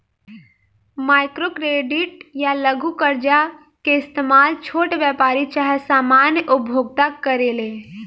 micro credit या लघु कर्जा के इस्तमाल छोट व्यापारी चाहे सामान्य उपभोक्ता करेले